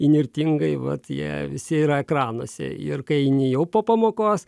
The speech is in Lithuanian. įnirtingai vat jie visi yra ekranuose ir kai eini jau po pamokos